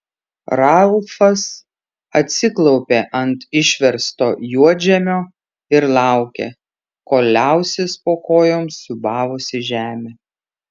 ralfas atsiklaupė ant išversto juodžemio ir laukė kol liausis po kojom siūbavusi žemė